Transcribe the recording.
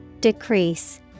Decrease